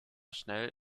schnell